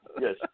Yes